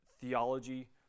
theology